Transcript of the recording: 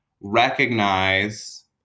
recognize